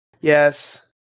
Yes